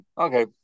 okay